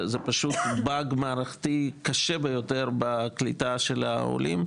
זה פשוט באג מערכתי קשה ביותר בקליטה של העולים.